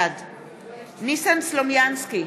בעד ניסן סלומינסקי,